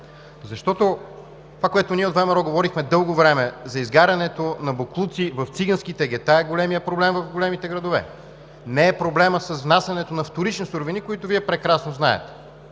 новина! Това, което ние от ВМРО говорихме от дълго време, за изгарянето на боклуци в циганските гета, е големият проблем в големите градове, не е проблемът внасянето на вторични суровини, което Вие прекрасно знаете.